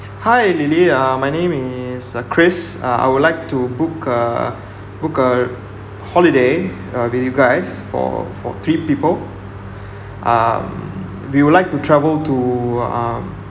hi lily uh my name is uh chris uh I would like to book uh book a holiday uh with you guys for for three people (um)we would like to travel to uh